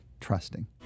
trusting